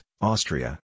Austria